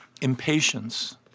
Impatience